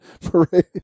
Parade